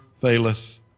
faileth